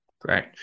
Great